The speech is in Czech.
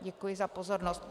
Děkuji za pozornost.